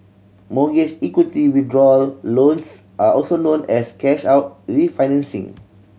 mortgage equity withdrawal loans are also known as cash out refinancing